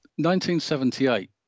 1978